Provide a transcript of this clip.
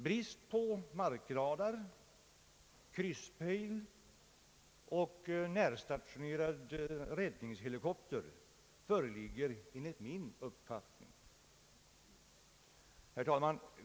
Brist på markradar, krysspejl och <närstationerad räddningshelikopter föreligger enligt min uppfattning.